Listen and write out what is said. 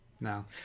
No